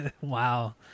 Wow